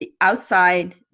outside